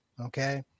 Okay